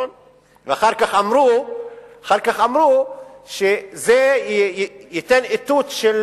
ואחר כך אמרו שזה ייתן איתות של